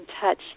touch